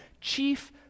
chief